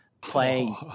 playing